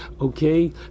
Okay